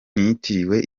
yitiriwe